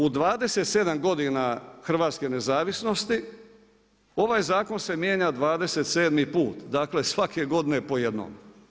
U 27 godina hrvatske nezavisnosti, ovaj zakon se mijenja 27. put, dakle svake godine po jednom.